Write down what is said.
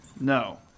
No